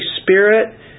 Spirit